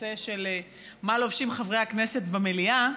לנושא של מה לובשים חברי הכנסת במליאה,